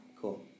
Cool